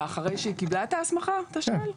מה, אחרי שהיא קיבלה את ההסמכה אתה שואל?